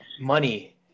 money